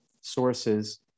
sources